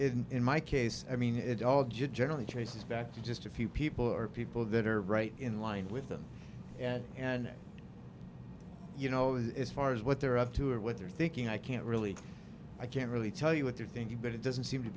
matter in my case i mean it all just generally traces back to just a few people or people that are right in line with them and you know it's far as what they're up to or what they're thinking i can't really i can't really tell you what they're thinking but it doesn't seem to